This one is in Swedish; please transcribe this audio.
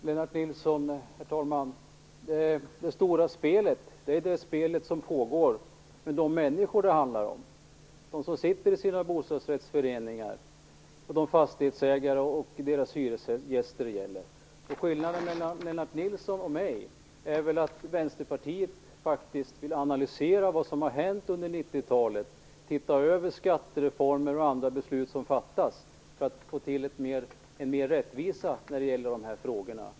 Herr talman! Det stora spelet är det spel som pågår med de människor det handlar om, de som sitter i sina bostadsrättsföreningar och de fastighetsägare och deras hyresgäster som det gäller. Skillnaden mellan Lennart Nilsson och mig är att Vänsterpartiet faktiskt vill analysera vad som har hänt under 90-talet, se över skattereformer och andra beslut som fattats, för att få till en större rättvisa i dessa frågor.